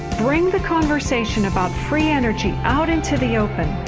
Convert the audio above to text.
bring the conversation about free energy out into the open.